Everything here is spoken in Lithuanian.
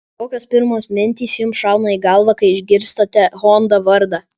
kokios pirmos mintys jums šauna į galvą kai išgirstate honda vardą